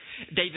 David